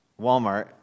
Walmart